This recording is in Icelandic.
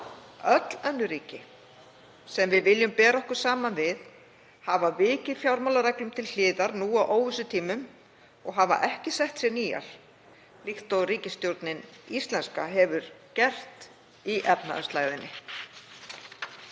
Öll önnur ríki sem við viljum bera okkur saman við hafa vikið fjármálareglum til hliðar nú á óvissutímum og hafa ekki sett sér nýjar líkt og ríkisstjórnin íslenska hefur gert í efnahagslægðinni.